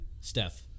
Steph